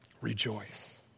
rejoice